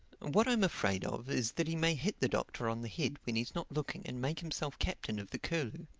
what i'm afraid of is that he may hit the doctor on the head when he's not looking and make himself captain of the curlew.